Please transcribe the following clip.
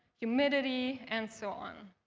humidity, and so on.